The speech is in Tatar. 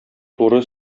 туры